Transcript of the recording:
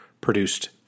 produced